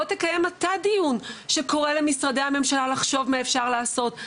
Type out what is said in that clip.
בוא תקיים אתה דיון שקורא למשרדי הממשלה לחשוב מה אפשר לעשות.